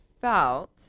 felt